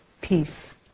peace